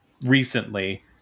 recently